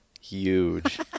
huge